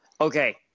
okay